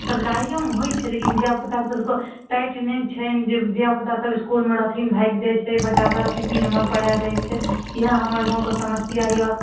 सरकारीओमे होइ छै लेकिन धियापुतासभके टाइट नहि छनि जे धियापुतासभ इस्कुलमे रहथिन भाइग जाइ छै बच्चासभ टिफिनमे परा जाइ छै इएह हमर गामके समस्या यए